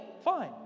fine